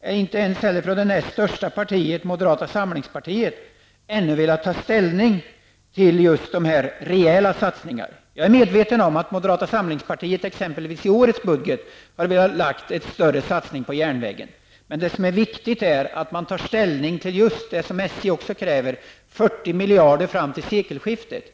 eller det näst största partiet, moderata samlingspartiet, ännu velat ta ställning till just de rejäla satsningarna. Jag är medveten om att moderata samlingspartiet i årets budget hade velat göra en större satsning på järnvägen. Men det som är viktigt är att man tar ställning till just det som SJ kräver, 40 miljarder fram till sekelskiftet.